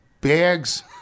bags